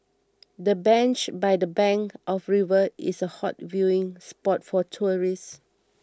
the bench by the bank of the river is a hot viewing spot for tourists